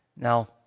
Now